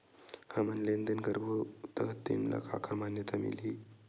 हमन लेन देन करबो त तेन ल काखर मान्यता मिलही?